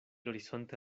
horizonte